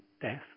death